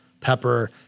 pepper